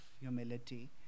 humility